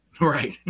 Right